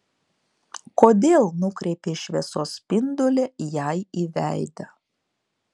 kodėl nukreipei šviesos spindulį jai į veidą